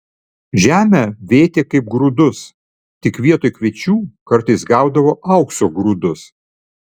žemę vėtė kaip grūdus tik vietoj kviečių kartais gaudavo aukso grūdus